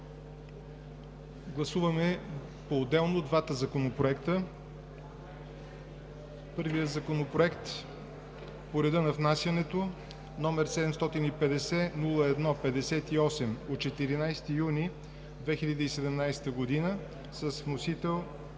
гласуваме поотделно двата законопроекта. Първият Законопроект по реда на внасянето е с № 750-01-58 от 14 юни 2017 г. Вносител